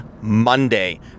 Monday